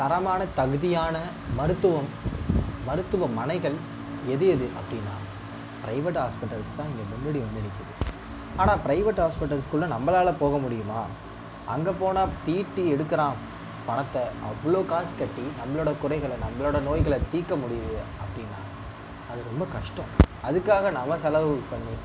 தரமான தகுதியான மருத்துவம் மருத்துவமனைகள் எது எது அப்படின்னா பிரைவேட் ஹாஸ்பிட்டல்ஸ் தான் இங்கே முன்னாடி வந்து நிற்குது ஆனால் பிரைவேட் ஹாஸ்பிட்டல்ஸ்குள்ளே நம்மளால போகமுடியுமா அங்கே போனால் தீட்டி எடுக்கிறான் பணத்தை அவ்வளோ காசு கட்டி நம்மளோட குறைகள நம்மளோட நோய்களை தீக்க முடியுது அப்படின்னா அது ரொம்ப கஷ்டம் அதுக்காக நம்ம செலவு பண்ணி